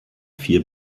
vier